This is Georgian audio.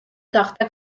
გახდა